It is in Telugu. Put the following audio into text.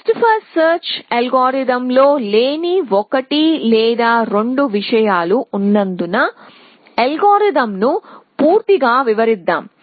బెస్ట్ ఫస్ట్ సెర్చ్ అల్గోరిథంలో లేని ఒకటి లేదా రెండు విషయాలు ఉన్నందున అల్గారిథమ్ ను పూర్తిగా వివరిద్దాం